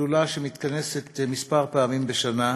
שדולה שמתכנסת כמה פעמים בשנה,